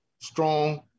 strong